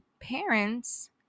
parents